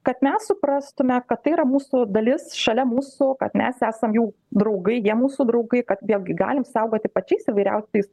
kad mes suprastume kad tai yra mūsų dalis šalia mūsų kad mes esam jų draugai jie mūsų draugai kad vėlgi galim saugoti pačiais įvairiausiais